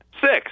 six